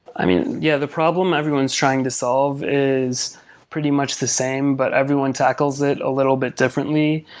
yeah. the problem everyone is trying to solve is pretty much the same, but everyone tackles it a little bit differently.